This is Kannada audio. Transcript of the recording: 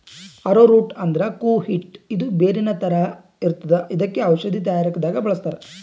ಆರೊ ರೂಟ್ ಅಂದ್ರ ಕೂವ ಹಿಟ್ಟ್ ಇದು ಬೇರಿನ್ ಥರ ಇರ್ತದ್ ಇದಕ್ಕ್ ಔಷಧಿ ತಯಾರಿಕೆ ದಾಗ್ ಬಳಸ್ತಾರ್